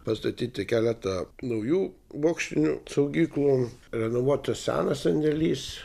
pastatyti keletą naujų bokštinių saugyklų renovuotas senas sandėlis